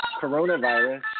coronavirus